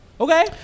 Okay